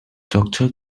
daughter